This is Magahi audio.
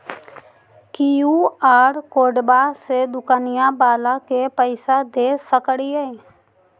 कियु.आर कोडबा से दुकनिया बाला के पैसा दे सक्रिय?